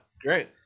great